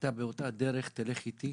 שאתה באותה דרך תלך איתי,